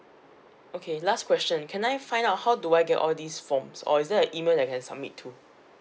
okay last question can I find out how do I get all these forms or is there a email that I can submit to